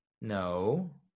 No